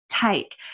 take